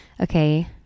Okay